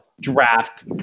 draft